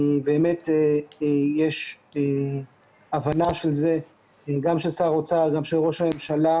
יש הבנה של זה גם של שר האוצר, גם של ראש הממשלה,